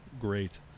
great